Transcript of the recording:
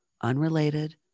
unrelated